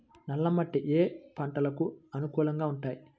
నల్ల మట్టి ఏ ఏ పంటలకు అనుకూలంగా ఉంటాయి?